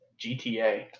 GTA